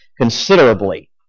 considerably